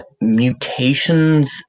mutations